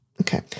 Okay